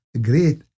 great